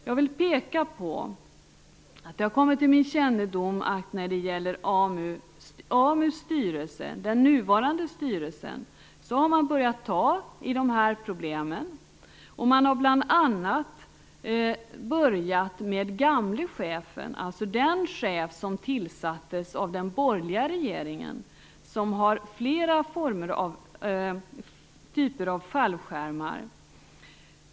Jag vill peka på att det har kommit till min kännedom att AMU:s nuvarande styrelse har börjat ta tag i de här problemen. Man har t.ex. börjat med den förre chefen, alltså den chef som tillsattes av den borgerliga regeringen, som har flera typer av fallskärmar.